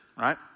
Right